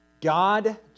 God